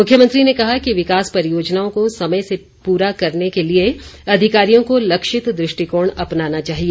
मुख्यमंत्री ने कहा कि विकास परियोजनाओं को समय से पूरा करने के लिए अधिकारियों को लक्षित दृष्टिकोण अपनाना चाहिए